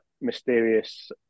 Mysterious